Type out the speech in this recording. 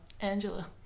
angela